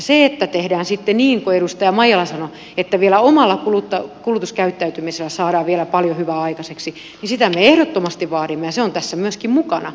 sitä että tehdään sitten niin kuin edustaja maijala sanoi että vielä omalla kulutuskäyttäytymisellä saadaan paljon hyvää aikaiseksi me ehdottomasti vaadimme ja se on tässä myöskin mukana